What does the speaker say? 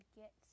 get